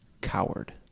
coward